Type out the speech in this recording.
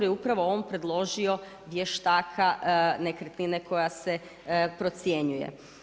Jer je upravo on predložio vještaka nekretnine koja se procjenjuje.